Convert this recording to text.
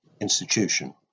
institution